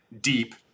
deep